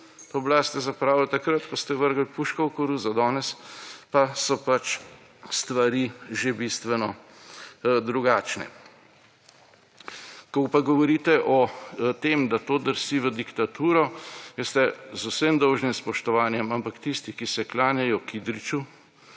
To oblast ste zapravili takrat, ko ste vrgli puško v koruzo, danes pa so pač stvari že bistveno drugačne. Ko pa govorite o tem, da to drsi v diktaturo. Veste, z vsem dolžnim spoštovanjem, ampak tisti, ki se klanjajo Kidriču,